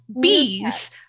Bees